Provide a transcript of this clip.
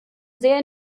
sehr